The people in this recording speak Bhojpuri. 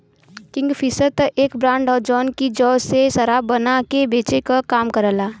किंगफिशर त एक ब्रांड हौ जौन की जौ से शराब बना के बेचे क काम करला